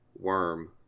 worm